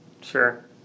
Sure